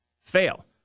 fail